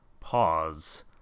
pause